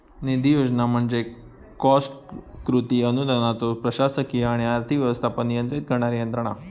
निधी योजना म्हणजे कॉस्ट कृती अनुदानाचो प्रशासकीय आणि आर्थिक व्यवस्थापन नियंत्रित करणारी यंत्रणा